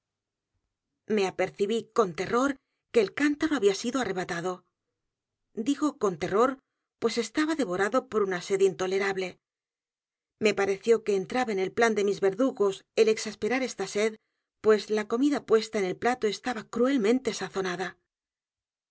me apercibí con terror que el cántaro había sido arrebatado digo con terror pues estaba devorado por una sed intolerable me pareció que entraba en el plan de mis verdugos el exasperar esta sed pues la comida puesta en el plato estaba cruelmente sazonada